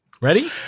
Ready